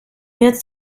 jetzt